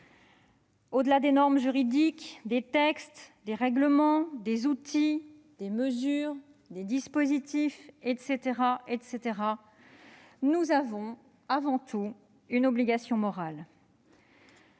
Au-delà des normes juridiques, textes, règlements, outils, mesures, dispositifs, nous avons, avant tout, une obligation morale.